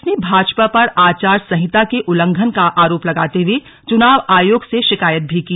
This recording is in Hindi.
कांग्रेस ने भाजपा पर आचार संहिता के उल्लंघन का आरोप लगाते हुए चुनाव आयोग से शिकायत भी की